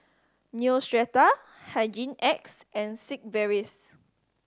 Neostrata Hygin X and Sigvaris